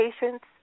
patients